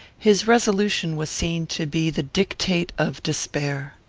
his resolution was seen to be the dictate of despair.